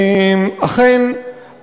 אכן,